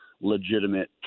legitimate